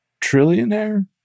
trillionaire